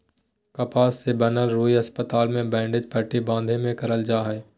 कपास से बनल रुई अस्पताल मे बैंडेज पट्टी बाँधे मे करल जा हय